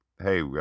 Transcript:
hey